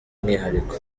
umwihariko